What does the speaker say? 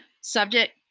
subject